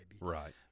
Right